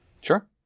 Sure